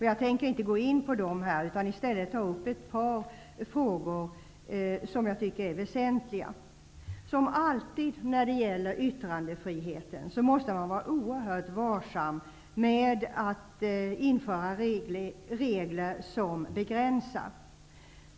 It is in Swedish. Jag tänker inte här gå in på dem utan i stället ta upp ett par frågor som jag tycker är väsentliga. Som alltid när det gäller yttrandefriheten måste man vara oerhört varsam med att införa regler som begränsar.